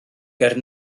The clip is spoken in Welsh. ger